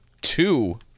two